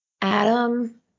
Adam